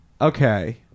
Okay